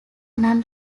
non